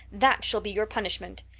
that shall be your punishment.